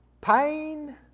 pain